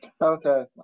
Okay